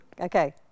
Okay